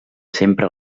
sempre